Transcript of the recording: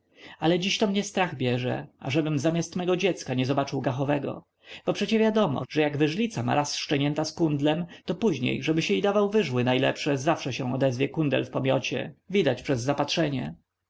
ale dziś to mnie strach bierze ażebym zamiast mojego dziecka nie zobaczył gachowego bo przecie wiadomo że jak wyżlica ma raz szczenięta z kundlem to później żebyś jej dawał wyżły najlepsze zawsze się odezwie kundel w pomiocie widać przez zapatrzenie